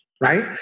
right